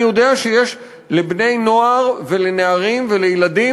אני יודע שיש לבני-נוער ולנערים ולילדים